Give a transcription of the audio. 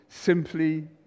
Simply